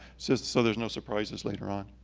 just so there's no surprises later on.